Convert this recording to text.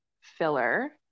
filler